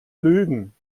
lügen